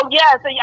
yes